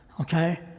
Okay